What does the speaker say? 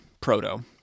proto